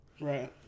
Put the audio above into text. Right